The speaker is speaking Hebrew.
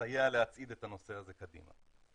לסייע להצעיד את הנושא הזה קדימה.